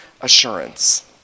assurance